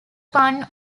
pun